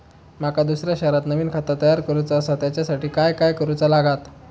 माका दुसऱ्या शहरात नवीन खाता तयार करूचा असा त्याच्यासाठी काय काय करू चा लागात?